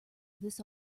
this